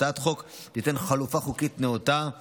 הצעת החוק תיתן חלופה חוקית נאותה לאמור.